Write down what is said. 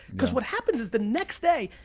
cause what happens is the next day,